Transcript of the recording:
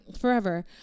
forever